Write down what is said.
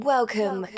Welcome